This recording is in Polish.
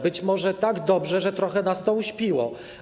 Być może tak dobrze, że trochę nas to uśpiło.